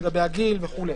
לגבי הגיל וכו'.